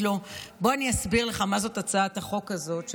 לו: בוא אני אסביר לך מה זאת הצעת החוק הזאת,